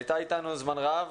הייתה איתנו זמן רב,